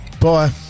Bye